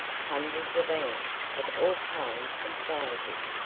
hundreds of ants, of all kinds and sizes,